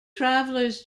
travellers